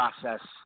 process